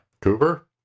Cooper